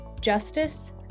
justice